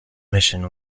mission